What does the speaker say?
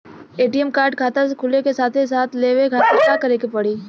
ATM card खाता खुले के साथे साथ लेवे खातिर का करे के पड़ी?